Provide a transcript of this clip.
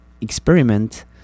experiment